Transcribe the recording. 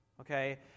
okay